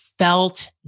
felt